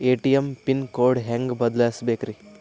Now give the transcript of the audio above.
ATM pin code ಹೆಂಗ್ ಬದಲ್ಸ್ಬೇಕ್ರಿ?